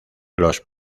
los